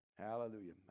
Hallelujah